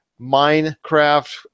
Minecraft